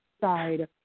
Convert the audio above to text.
side